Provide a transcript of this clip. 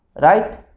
right